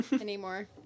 anymore